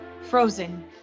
frozen